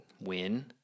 win